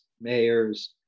mayors